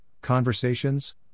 conversations